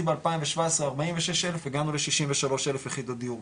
ב-2017 46 אלף הגענו ל-63 אלף יחידות דיור.